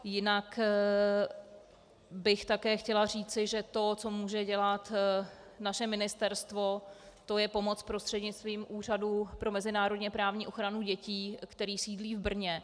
Jinak bych také chtěla říci, že to, co může dělat naše ministerstvo, je pomoc prostřednictvím Úřadu pro mezinárodněprávní ochranu dětí, který sídlí v Brně.